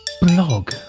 blog